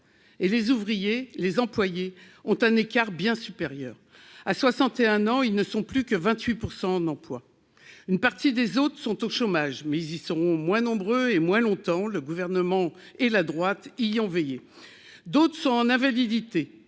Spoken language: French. et les ouvriers, les employés ont un écart bien supérieur à 61 ans, ils ne sont plus que 28 % d'emplois, une partie des autres sont au chômage, mais ils seront moins nombreux et moins longtemps le gouvernement. Et la droite, ils ont veillé, d'autres sont en avait